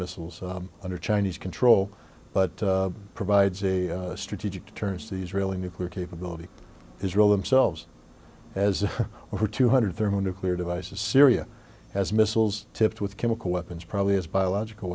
missiles under chinese control but provides a strategic turns to the israeli nuclear capability israel themselves as over two hundred thermo nuclear devices syria has missiles tipped with chemical weapons probably has biological